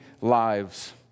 lives